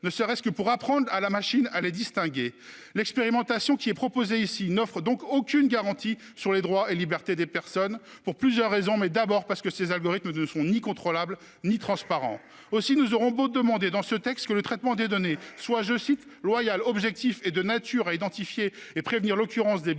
ne serait-ce que pour apprendre à la machine à les distinguer. Vous n'y connaissez rien du tout ! L'expérimentation qui est proposée n'offre donc aucune garantie sur les droits et libertés des personnes pour plusieurs raisons, mais d'abord parce que ces algorithmes ne sont ni contrôlables ni transparents. Aussi, nous aurons beau demander dans ce texte que le traitement des données soit « loyal, objectif et de nature à identifier et prévenir l'occurrence de biais et